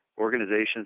Organizations